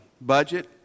budget